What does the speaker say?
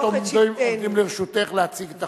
בבקשה, עשר דקות עומדות לרשותך להציג את החוק.